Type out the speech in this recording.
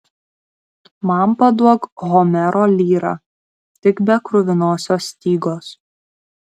man paduok homero lyrą tik be kruvinosios stygos